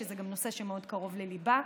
שזה גם נושא שמאוד קרוב לליבה,